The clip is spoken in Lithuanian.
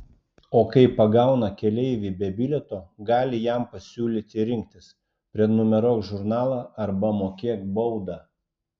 o kai pagauna keleivį be bilieto gali jam pasiūlyti rinktis prenumeruok žurnalą arba mokėk baudą